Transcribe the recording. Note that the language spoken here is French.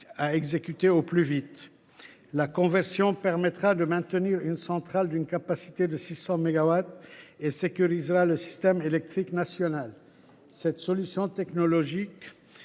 environ un an. La conversion permettra de maintenir une centrale d’une capacité de 600 mégawatts et sécurisera le système électrique national. Cette solution technologique